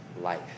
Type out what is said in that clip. life